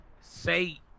say